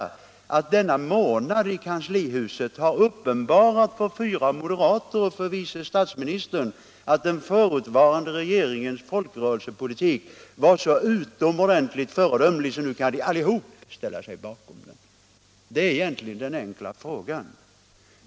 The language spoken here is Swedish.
Har denna månad i kanslihuset uppenbarat för fyra moderater och vice statsministern att den förutvarande regeringens folkrörelsepolitik var så utomordentligt föredömlig att de nu alla kan ställa sig bakom den? Det är den enkla frågan.